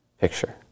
picture